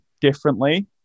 differently